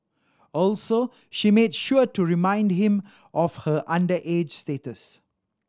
also she made sure to remind him of her underage status